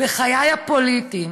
בחיי הפוליטיים